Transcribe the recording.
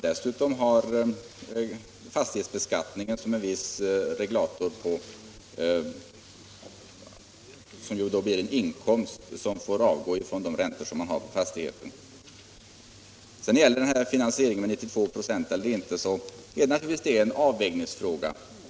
Dessutom har man fastighetsbeskattningen som en viss regulator; det blir en inkomst som avgår från de räntor man har på fastigheten. När det gäller frågan om huruvida finansieringen med 92 926 skall ske eller inte, så är det naturligtvis en avvägningsfråga.